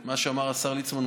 מה שאמר השר ליצמן,